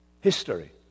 History